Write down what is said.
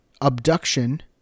Abduction